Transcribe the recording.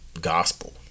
gospel